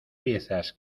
piezas